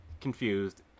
confused